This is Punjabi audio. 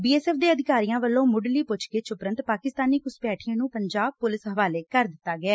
ਬੀ ਐਸ ਐਫ਼ ਦੇ ਅਧਿਕਾਰੀਆਂ ਵੱਲੋ ਮੁੱਢਲੀ ਪੁੱਛਗਿੱਛ ਮਗਰੋ ਪਾਕਿਸਤਾਨੀ ਘੁਸਪੈਠੀਏ ਨੂੰ ਪੰਜਾਬ ਪੁਲਿਸ ਹਵਾਲੇ ਕਰ ਦਿੱਤੈ